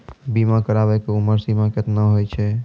बीमा कराबै के उमर सीमा केतना होय छै?